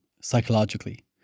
psychologically